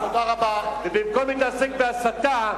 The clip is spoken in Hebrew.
ובמקום להתעסק בהסתה,